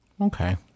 Okay